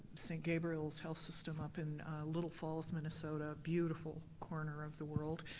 st. gabriel's health system up in little falls, minnesota, beautiful corner of the world,